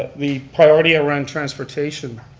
the priority around transportation.